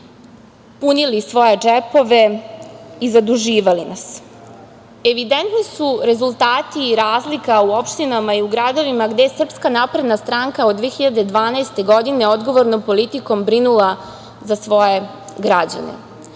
punili svoje džepove i zaduživali nas. Evidentni su rezultati i razlika u opštinama i u gradovima gde SNS od 2012. godine odgovornom politikom brinula za svoje građane.